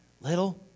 little